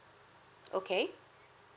okay